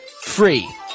free